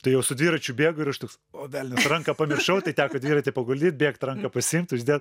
tai jau su dviračiu bėgu ir aš toks o velnias ranką pamiršau tai teko dviratį paguldyt bėgt ranką pasiimt uždėt